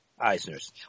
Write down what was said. Eisners